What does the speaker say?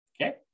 Okay